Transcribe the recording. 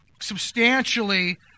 substantially